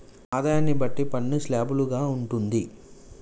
ఆదాయాన్ని బట్టి పన్ను స్లాబులు గా ఉంటుంది